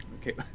Okay